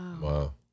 Wow